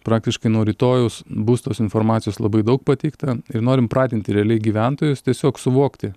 praktiškai nuo rytojaus bus tos informacijos labai daug pateikta ir norim pratinti realiai gyventojus tiesiog suvokti